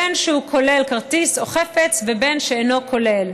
בין שהוא כולל כרטיס או חפץ ובין שאינו כולל.